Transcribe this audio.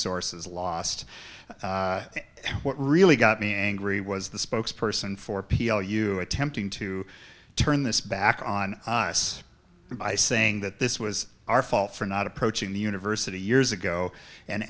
sources last what really got me angry was the spokesperson for p l u attempting to turn this back on us by saying that this was our fault for not approaching the university years ago and